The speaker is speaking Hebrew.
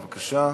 בבקשה.